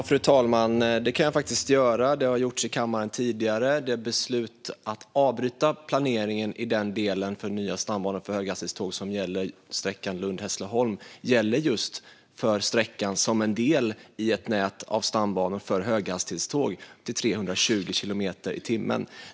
Fru talman! Det kan jag göra, och det har gjorts i kammaren tidigare. Det beslut att avbryta planeringen i den delen för nya stambanor för höghastighetståg som gäller sträckan Lund-Hässleholm gäller just för sträckan som en del i ett nät av stambanor för höghastighetståg upp till 320 kilometer i timmen.